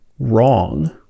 wrong